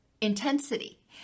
intensity